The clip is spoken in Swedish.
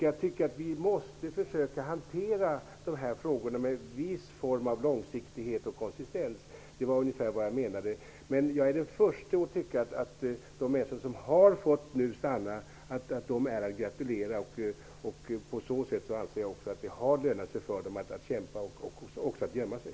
Jag tycker att vi måste försöka hantera de här frågorna med viss långsiktighet och konsistens. Det var ungefär vad jag menade. Men jag är den förste att tycka att de människor som nu har fått stanna är att gratulera. På så sätt anser jag att det har lönat sig för dem att kämpa och också att gömma sig.